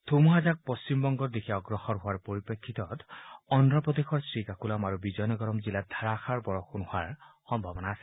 ধুমুহাজাক পশ্চিমবংগৰ দিশে অগ্ৰসৰ হোৱাৰ পৰিপ্ৰেক্ষিতত শ্ৰীকাকুলাম আৰু বিজয়নগৰম জিলাত ধাৰাষাৰ বৰষুণ হোৱাৰ সম্ভাৱনা আছে